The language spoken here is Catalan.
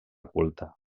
culta